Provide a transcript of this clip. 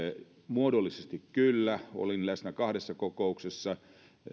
muodollisesti kyllä olin läsnä kahdessa kokouksessa